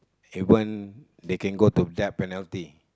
even they can go to death penalty